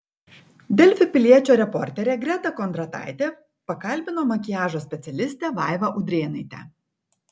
delfi piliečio reporterė greta kondrataitė pakalbino makiažo specialistę vaivą udrėnaitę